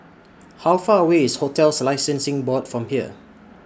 How Far away IS hotels Licensing Sing Board from here